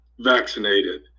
vaccinated